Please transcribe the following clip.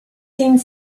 seemed